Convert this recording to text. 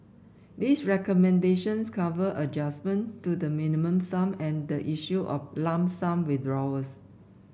these recommendations cover adjustment to the Minimum Sum and the issue of lump sum withdrawals